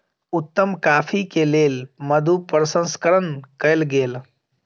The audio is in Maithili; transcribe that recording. उत्तम कॉफ़ी के लेल मधु प्रसंस्करण कयल गेल